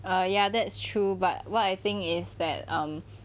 err ya that's true but what I think is that um